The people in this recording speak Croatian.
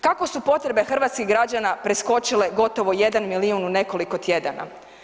Kako su potrebe hrvatskih građana preskočile gotovo jedan milijun u nekoliko tjedana?